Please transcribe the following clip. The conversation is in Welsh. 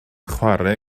chwarae